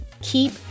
keep